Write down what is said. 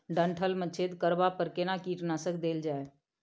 डंठल मे छेद करबा पर केना कीटनासक देल जाय?